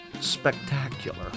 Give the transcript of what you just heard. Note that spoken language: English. spectacular